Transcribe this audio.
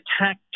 attack